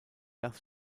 das